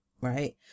right